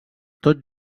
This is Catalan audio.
tot